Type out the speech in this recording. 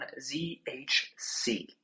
ZHC